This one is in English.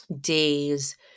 days